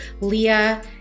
Leah